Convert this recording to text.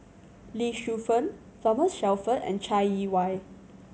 Lee Shu Fen Thomas Shelford and Chai Yee Wei